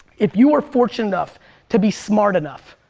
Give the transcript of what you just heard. if you are fortunate enough to be smart enough,